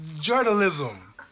Journalism